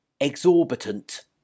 Exorbitant